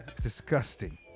Disgusting